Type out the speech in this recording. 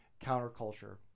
counterculture